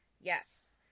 Yes